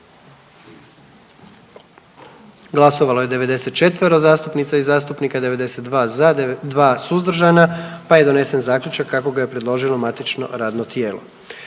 Glasovalo je 94 zastupnica i zastupnika, 92 za, 2 suzdržana pa ja donesen zaključak kako ga predložilo matično radno tijelo.